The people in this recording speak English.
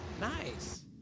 Nice